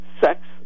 sex